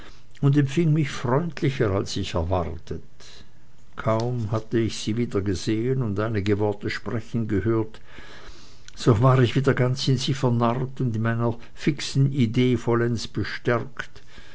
und empfing mich freundlicher als ich erwartet kaum hatte ich sie wiedergesehen und einige worte sprechen gehört so war ich wieder ganz in sie vernarrt und in meiner fixen idee vollends bestärkt